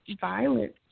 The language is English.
Violence